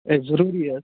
A ضروٗری حظ